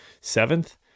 Seventh